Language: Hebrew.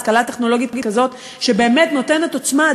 השכלה טכנולוגית כזאת שבאמת נותנת עוצמה,